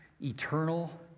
eternal